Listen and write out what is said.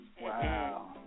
Wow